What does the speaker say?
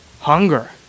hunger